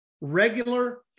regular